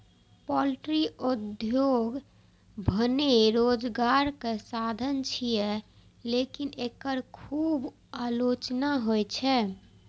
poultry उद्योग भने रोजगारक साधन छियै, लेकिन एकर खूब आलोचना होइ छै